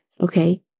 Okay